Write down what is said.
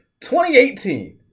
2018